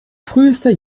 frühester